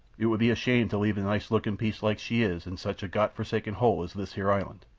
it would be a shame to leave a nice-lookin' piece like she is in such a gott-forsaken hole as this here island.